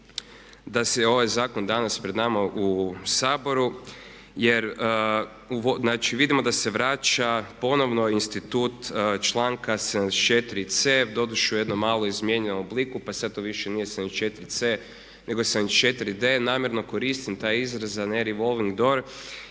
da je ovaj zakon danas pred nama u Saboru jer znači vidimo da se vraća ponovno institut članka 74.c doduše u jednom malo izmijenjenom obliku pa sad to više nije 74.c nego je 74.d. Namjerno koristim taj izraz a ne revolving door.